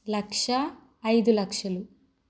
లక్ష ఐదు లక్షలు